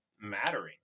mattering